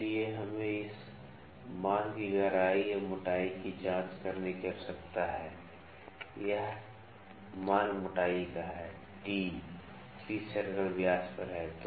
इसलिए हमें इस मान की गहराई या मोटाई की जांच करने की आवश्यकता है यह मान मोटाई t पिच सर्कल व्यास पर है